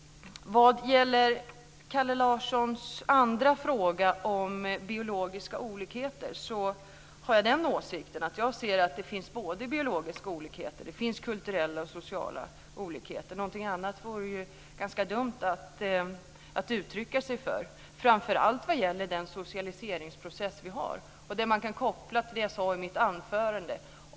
Vad gäller Kalle Larssons andra fråga om biologiska olikheter har jag den åsikten att det finns både biologiska olikheter och kulturella och sociala olikheter. Någonting annat vore ganska dumt att uttrycka sig för. Det gäller framför allt den socialiseringsprocess vi har. Det kan man koppla till det jag sade i mitt anförande.